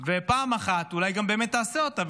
ופעם אחת אולי גם באמת תעשה אותה,